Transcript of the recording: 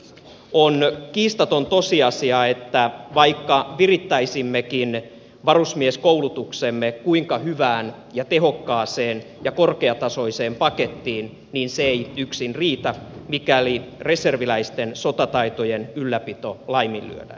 on kiistaton tosiasia että vaikka virittäisimmekin varusmieskoulutuksemme kuinka hyvään ja tehokkaaseen ja korkeatasoiseen pakettiin niin se ei yksin riitä mikäli reserviläisten sotataitojen ylläpito laiminlyödään